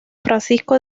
francisco